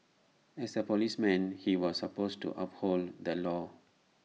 as A policeman he was supposed to uphold the law